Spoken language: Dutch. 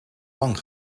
lang